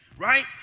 Right